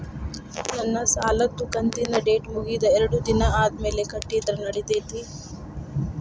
ನನ್ನ ಸಾಲದು ಕಂತಿನ ಡೇಟ್ ಮುಗಿದ ಎರಡು ದಿನ ಆದ್ಮೇಲೆ ಕಟ್ಟಿದರ ನಡಿತೈತಿ?